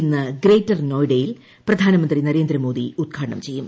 ഇന്ന് ഗ്രേറ്റർ നോയിഡയിൽ പ്രധാനമന്ത്രി നരേന്ദ്രമോദി ഉദ്ഘാടനം ചെയ്യും